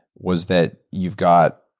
was that you've got,